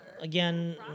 again